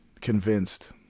convinced